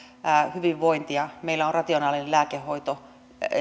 hyvinvointia meillä on rationaalinen lääkehoito